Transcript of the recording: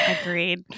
Agreed